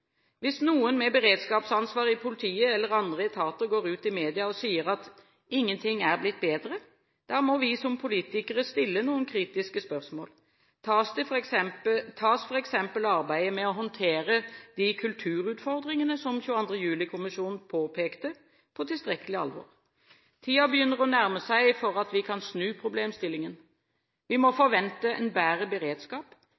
Hvis noen med beredskapsansvar i politiet eller andre etater går ut i media og sier at ingenting er blitt bedre, må vi som politikere stille noen kritiske spørsmål: Tas for eksempel arbeidet med å håndtere de kulturutfordringene som 22. juli-kommisjonen påpekte, på tilstrekkelig alvor? Tiden begynner å nærme seg til at vi kan snu problemstillingen: Vi må